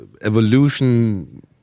evolution